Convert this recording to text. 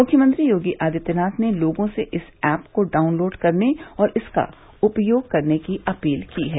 मुख्यमंत्री योगी आदित्यनाथ ने लोगों से इस ऐप को डाउनलोड करने और इसका उपयोग करने की अपील की है